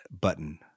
button